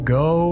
go